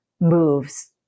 moves